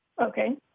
Okay